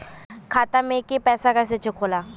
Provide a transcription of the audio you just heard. खाता में के पैसा कैसे चेक होला?